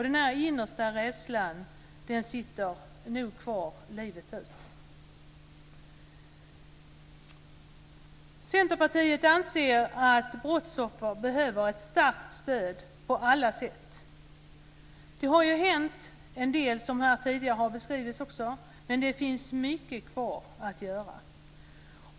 Den innersta rädslan sitter nog kvar livet ut. Centerpartiet anser att brottsoffer behöver stöd på alla sätt. Det har hänt en del, som här tidigare beskrivits, men det finns mycket kvar att göra.